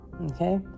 Okay